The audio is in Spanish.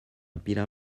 pila